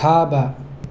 ꯊꯥꯕ